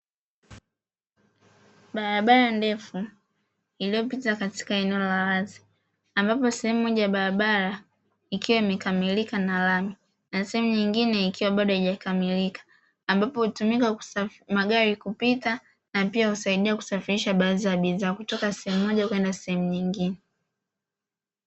Balabala ndefu liyopita katika eneo la wazi, ambapo sehemu moja ya balabala ikiwa imekamilika na lami na sehemu nyingine ikiwa bado haijakamilika, ambapo utumika magari kupita na pia husaidia kusafirisha baadhi ya bidhaa, kutoka sehemu moja kwenda sehemu nyingine.